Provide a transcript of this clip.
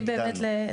הנה מכאן לא.